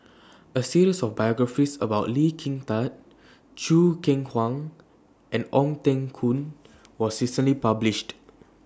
A series of biographies about Lee Kin Tat Choo Keng Kwang and Ong Teng Koon was recently published